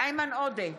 איימן עודה,